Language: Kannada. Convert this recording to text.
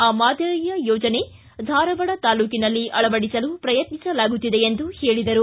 ಆ ಮಾದರಿಯ ಯೋಜನೆ ಧಾರವಾಡ ತಾಲೂಕಿನಲ್ಲಿ ಅಳವಡಿಸಲು ಪ್ರಯತ್ನಿಸಲಾಗುತ್ತಿದೆ ಎಂದರು